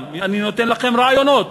אני נותן לכם רעיונות.